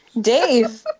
Dave